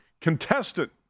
contestant